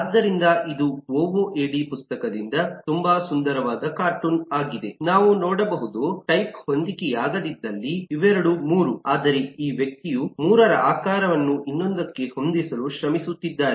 ಆದ್ದರಿಂದ ಇದು ನಮ್ಮ ಓಓಎಡಿ ಪುಸ್ತಕದಿಂದ ತುಂಬಾ ಸುಂದರವಾದ ಕಾರ್ಟೂನ್ ಆಗಿದೆನಾವು ನೋಡಬಹುದು ಟೈಪ್ ಹೊಂದಿಕೆಯಾಗದಿದ್ದಲ್ಲಿ ಇವೆರಡೂ 3 ಆದರೆ ಈ ವ್ಯಕ್ತಿಯು 3 ರ ಆಕಾರವನ್ನು ಇನ್ನೊಂದಕ್ಕೆ ಹೊಂದಿಸಲು ಶ್ರಮಿಸುತ್ತಿದ್ದಾರೆ